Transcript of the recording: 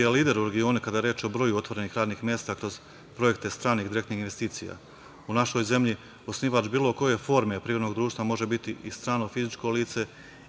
je lider u regionu kada je reč o broju otvorenih radnih mesta, kroz projekte stranih direktnih investicija. U našoj zemlji osnivač bilo koje forme privrednog društva može biti i strano, fizičko lice